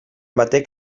batek